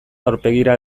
aurpegira